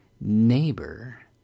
neighbor